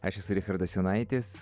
aš esu richardas jonaitis